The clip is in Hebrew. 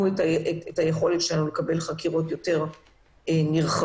את יכולתנו לקבל חקירות יותר נרחבות.